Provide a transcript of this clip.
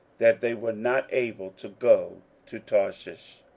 that they were not able to go to tarshish.